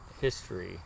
history